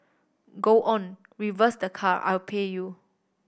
go on reverse the car I'll pay you